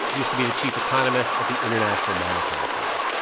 used to be the chief economist at the international monetary fund.